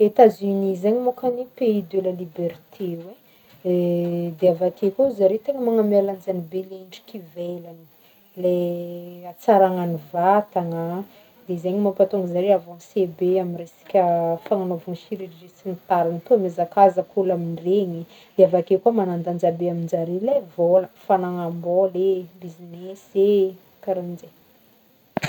Etats-Unis zegny môkany pays de la liberté oe de de avake kô zare tegna magname lanjagny be le endriky ivelagny le hatsaragnagn'ny vatagna de zegny mampatonga zare avancé be amy resaka fagnagnaovagna chirurgie sy ny tarigny tô miazakazaky olo amindregny de avake koa magnandanja be aminjare le vôla, fagnagambôla e karahanjegny.